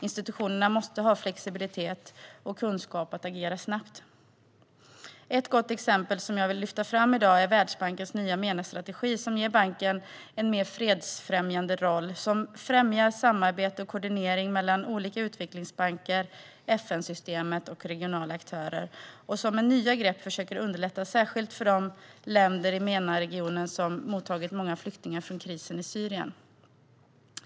Institutionerna måste ha flexibilitet och kunskap att agera snabbt. Ett gott exempel som jag vill lyfta fram i dag är Världsbankens nya MENA-strategi som ger banken en mer fredsfrämjande roll som främjar samarbete och koordinering mellan olika utvecklingsbanker, FN-systemet och regionala aktörer och som med nya grepp försöker underlätta särskilt för de länder i MENA-regionen som mottagit många flyktingar från krisen i Syrien.